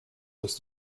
was